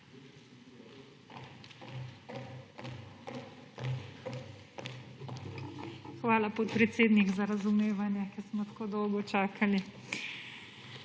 Hvala, podpredsednik, za razumevanje, ker smo tako dolgo čakali.